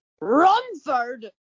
Romford